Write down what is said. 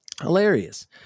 Hilarious